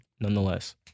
nonetheless